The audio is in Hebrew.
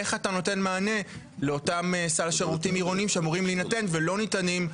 איך אתה נותן מענה לאותו סל שירותים עירוניים שאמור להינתן ולא ניתן.